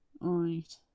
Right